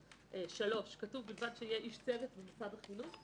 ב-11(א)(3) כתוב: "ובלבד שיש איש צוות במוסד החינוך".